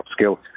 upskill